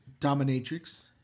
Dominatrix